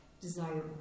desirable